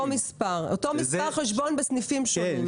אותו מספר חשבון בסניפים שונים.